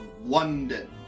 London